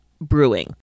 brewing